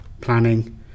planning